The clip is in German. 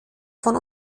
von